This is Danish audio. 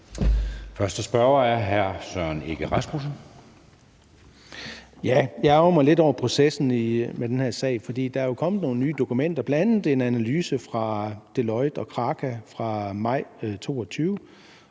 Kl. 20:12 Søren Egge Rasmussen (EL): Jeg ærgrer mig lidt over processen i den her sag, for der er jo kommet nogle nye dokumenter, bl.a. en analyse fra Deloitte og Kraka fra maj 2022,